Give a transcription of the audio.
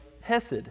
Hesed